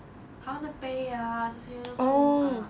他们的杯啊这些都出 err